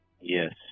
Yes